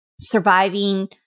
surviving